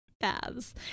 baths